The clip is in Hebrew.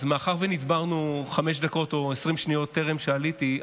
מאחר שנדברנו חמש דקות או 20 שניות טרם שעליתי,